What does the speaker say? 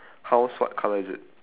house what colour is it